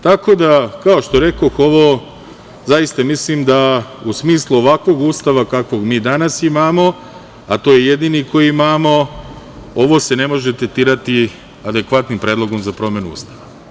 Tako da, kao što rekoh, ovo zaista mislim da u smislu ovakvog Ustava kakvog mi danas imamo, a to je jedini koji imamo, ovo se ne može tretirati adekvatnim Predlogom za promenu Ustava.